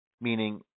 meaning